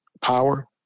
power